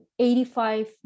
85